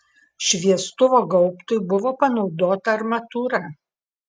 šviestuvo gaubtui buvo panaudota armatūra